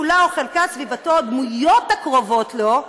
כולה או חלקה, סביבתו או דמויות הקרובות לו,